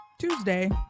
tuesday